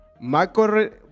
Marco